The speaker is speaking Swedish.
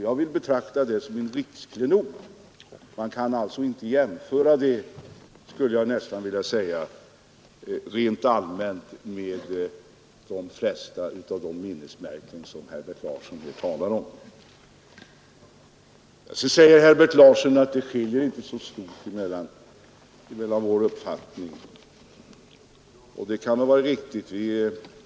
Jag betraktar det som en riksklenod, som man rent allmänt inte kan jämföra med de flesta av de minnesmärken som Herbert Larsson talade om. Så säger han att våra uppfattningar inte skiljer sig så mycket åt, och det kan väl vara riktigt.